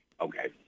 Okay